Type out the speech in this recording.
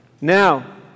Now